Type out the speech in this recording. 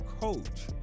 coach